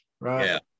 right